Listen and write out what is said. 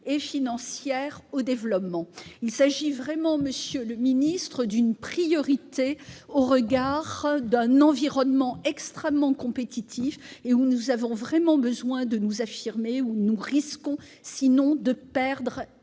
et financière au développement ». Il s'agit vraiment, monsieur le ministre, d'une priorité au regard d'un environnement extrêmement compétitif, au sein duquel nous avons vraiment besoin de nous affirmer. Sinon, nous risquons de perdre